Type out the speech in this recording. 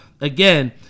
again